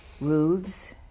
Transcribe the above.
roofs